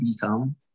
become